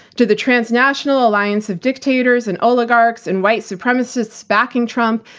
to the transnational alliance of dictators, and oligarchs, and white supremacists backing trump,